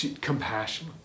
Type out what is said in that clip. compassion